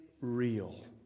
real